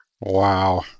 Wow